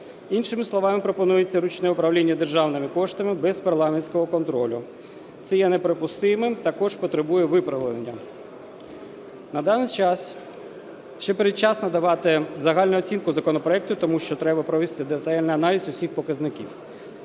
Іншими словами, пропонується ручне управління державними коштами без парламентського контролю. Це є неприпустимим, також потребує виправлення. На даний час ще передчасно давати загальну оцінку законопроекту, тому що треба провести детальний аналіз усіх показників.